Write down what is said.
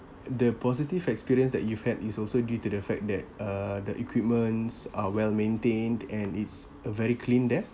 the positive experience that you've had is also due to the fact that uh the equipments are well maintained and it's uh very clean there